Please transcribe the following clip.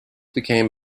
became